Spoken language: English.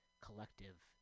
Collective